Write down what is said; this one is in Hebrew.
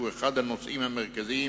הוא אחד הנושאים המרכזיים